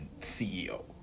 CEO